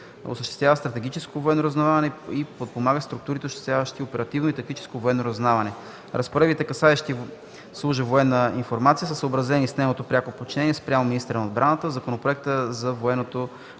осъществява стратегическото военно разузнаване и подпомага структурите, осъществяващи оперативно и тактическо военно разузнаване. Разпоредбите, касаещи служба „Военна информация”, са съобразени с нейното пряко подчинение спрямо министъра на отбраната. В Законопроекта за военното